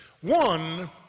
One